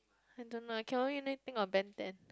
I don't know I can only think of Ben-Ten